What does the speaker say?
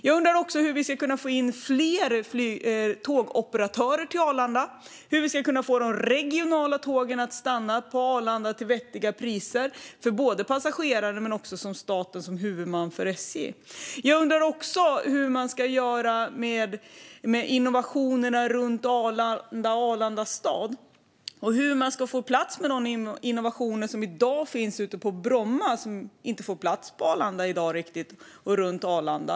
Jag undrar också hur vi ska kunna få in fler tågoperatörer till Arlanda och hur vi ska kunna få de regionala tågen att stanna på Arlanda till vettiga priser för passagerarna men också för staten som huvudman för SJ. Jag undrar också hur man ska göra med innovationerna runt Arlanda och Arlandastad och hur man ska få plats med de innovationer som i dag finns ute på Bromma och som i dag inte riktigt får plats på Arlanda och runt Arlanda.